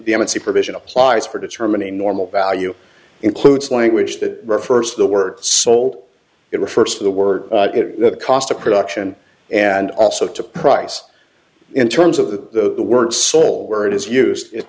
the supervision applies for determining normal value includes language that refers to the word soul it refers to the word the cost of production and also to price in terms of the word soul where it is used if